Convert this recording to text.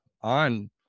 on